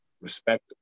respect